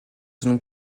zone